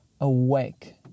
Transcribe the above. awake